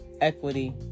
equity